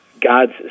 God's